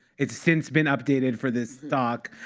it's since been updated for this talk.